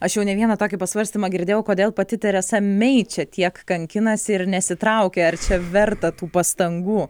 aš jau ne vieną tokį pasvarstymą girdėjau kodėl pati teresa mei čia tiek kankinasi ir nesitraukia ar verta tų pastangų